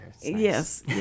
Yes